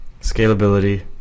scalability